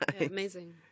Amazing